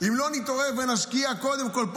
אם לא נתעורר ונשקיע קודם כול פה,